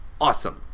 awesome